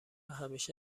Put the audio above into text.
همیشه